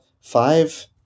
five